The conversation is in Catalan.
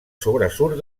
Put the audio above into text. sobresurt